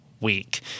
week